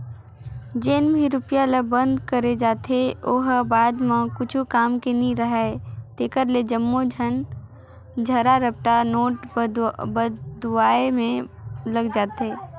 जेन भी रूपिया ल बंद करे जाथे ओ ह बाद म कुछु काम के नी राहय तेकरे ले जम्मो झन धरा रपटा नोट बलदुवाए में लग जाथे